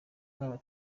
baba